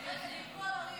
רגע, דילגו על אריאל.